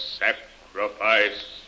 sacrifice